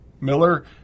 Miller